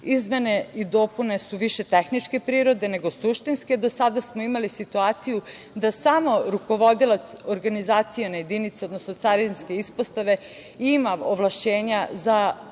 Izmene i dopune su više tehničke prirode nego suštinske. Do sada smo imali situaciju da samo rukovodilac organizacione jedinice, odnosno carinske ispostave ima ovlašćenja za podnošenje